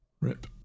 Rip